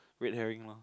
wait hearing lor